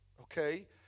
okay